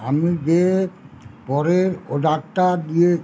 আমি যে পরে অর্ডারটি দিয়ে